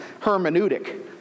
hermeneutic